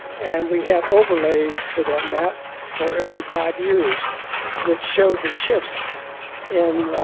and we had overlays to that map for every five years which showed the shifts in